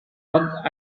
worked